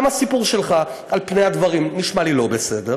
גם הסיפור שלך, על פני הדברים, נשמע לי לא בסדר.